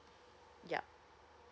yup